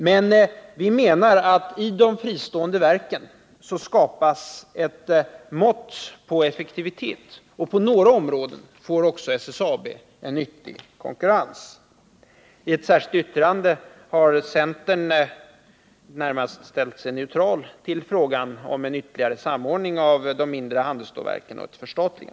Men vi menar att i de fristående verken skapas ett mått på effektivitet, och på några områden får också SSAB en nyttig konkurrens. I ett särskilt yttrande har centern närmast ställt sig neutral till frågan om en ytterligare samordning av de mindre handelsstålverken och ett förstatligande.